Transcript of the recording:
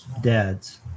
dads